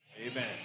Amen